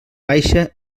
baixa